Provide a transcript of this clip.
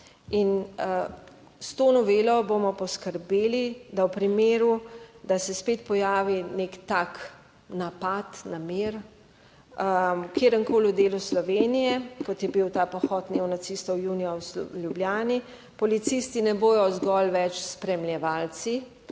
In s to novelo bomo poskrbeli, da v primeru, da se spet pojavi nek tak napad na mir, v katerem koli delu Slovenije, kot je bil ta pohod neonacistov junija v Ljubljani. Policisti ne bodo zgolj več 26.